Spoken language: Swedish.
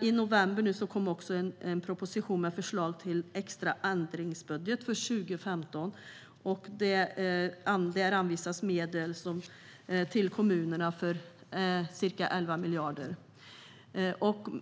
I november kom en proposition med förslag till extra ändringsbudget för 2015. Där anvisas medel till kommunerna med 11 miljarder kronor.